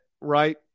right